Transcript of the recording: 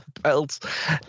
belts